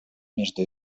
между